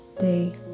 day